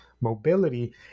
mobility